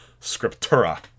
scriptura